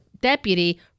deputy